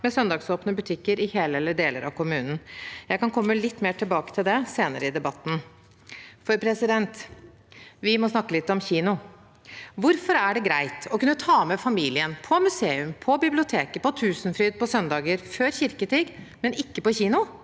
med søndagsåpne butikker i hele eller deler av kommunen. Jeg kan komme litt mer tilbake til det senere i debatten. Vi må snakke litt om kino. Hvorfor er det greit å kunne ta med familien på museum, på biblioteket og på Tusenfryd før kirketid på søndager, men ikke på kino?